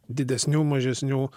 didesnių mažesnių